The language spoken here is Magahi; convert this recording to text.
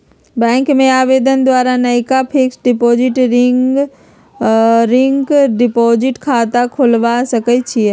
बैंक में आवेदन द्वारा नयका फिक्स्ड डिपॉजिट, रिकरिंग डिपॉजिट खता खोलबा सकइ छी